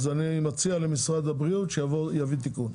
אני מציע למשרד הבריאות שיביא תיקון.